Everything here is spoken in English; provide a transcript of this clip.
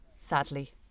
sadly